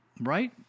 right